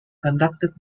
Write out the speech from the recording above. conducted